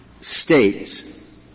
states